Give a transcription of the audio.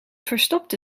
verstopte